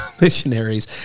missionaries